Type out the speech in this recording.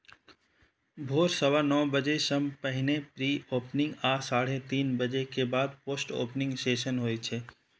भोर सवा नौ बजे सं पहिने प्री ओपनिंग आ साढ़े तीन बजे के बाद पोस्ट ओपनिंग सेशन होइ छै